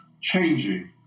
changing